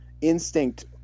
instinct